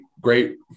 great